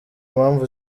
mpamvu